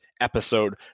episode